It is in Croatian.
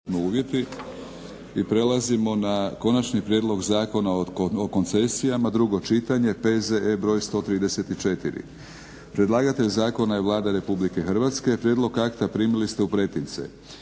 (HNS)** Prelazimo na - Konačni prijedlog zakona o koncesijama, drugo čitanje, PZE br. 134 Predlagatelj zakona je Vlada Republike Hrvatske. Prijedlog akta primili ste u pretince.